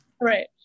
Right